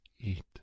eat